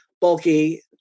bulky